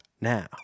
Now